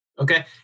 Okay